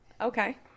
Okay